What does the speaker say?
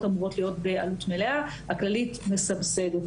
אמורות להיות בעלות מלאה אבל הכללית מסבסדת.